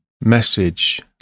message